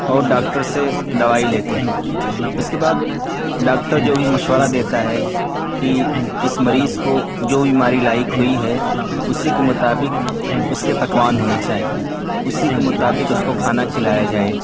اور ڈاکٹر سے دوائی لیتے ہیں اس کے بعد ڈاکٹر جو بھی مشورہ دیتا ہے کہ اس مریض کو جو بیماری لاحق ہوئی ہے اسی کے مطابق اس کے پکوان ہونے چاہیے اسی کے مطابق اس کو کھانا کھلایا جائے